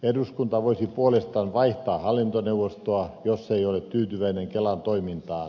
eduskunta voisi puolestaan vaihtaa hallintoneuvostoa jos ei ole tyytyväinen kelan toimintaan